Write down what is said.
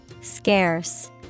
Scarce